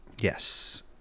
yes